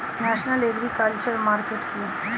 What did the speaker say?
National agriculture market কি?